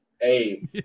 Hey